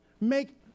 make